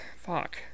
Fuck